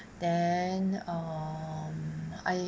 then um I